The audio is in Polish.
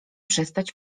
przestać